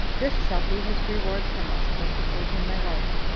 this shall be his reward from us, for preserving my life.